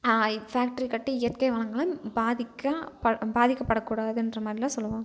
factory கட்டி இயற்கை வளங்களை பாதிக்க ப பாதிக்கப்பட கூடாதுன்ற மாதிரிலாம் சொல்லுவாங்க